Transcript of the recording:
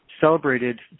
celebrated